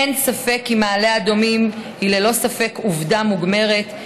אין ספק כי מעלה אדומים היא עובדה מוגמרת,